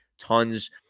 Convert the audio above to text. tons